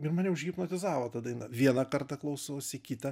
ir mane užhipnotizavo ta daina vieną kartą klausausi kitą